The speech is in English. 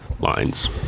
lines